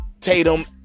Tatum